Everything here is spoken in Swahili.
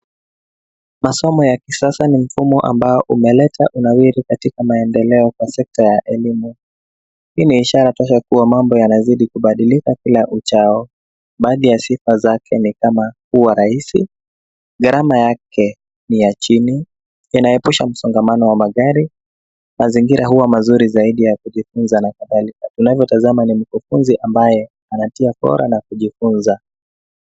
Masomo ya kisasa ni mfumo ambao umeleta unawiri katika maendeleo kwa sekta ya elimu. Hii ni ishara tosha kua mambo yanazidi kubadilika kila uchao. Baadhi ya sifa zake ni kama, hua rahisi, gharama yake ni ya chini, inaepusha msongamano wa magari, mazingira huwa mazuri zaidi ya kujifunza na kadhalika. Unavyo tazama ni mkufunzi ambaye anatia fora na kujifunza.